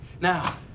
Now